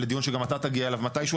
לדיון שגם אתה תגיע אליו מתישהו,